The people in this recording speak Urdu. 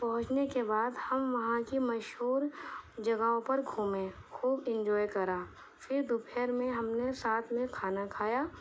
پہنچنے کے بعد ہم وہاں کے مشہور جگہوں پر گھومے خوب انجوائے کرا پھر دوپہر میں ہم نے ساتھ میں کھانا کھایا